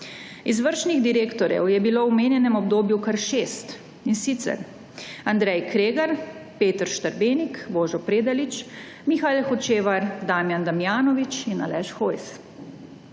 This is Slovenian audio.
Izvršnih direktorjev je bilo v omenjenem obdobju kar 6, in sicer: Andrej Kregar, Peter Štrbenk, Božo Predalič, Mihael Hočevar, Damjan Damjanovič in Aleš Hojs.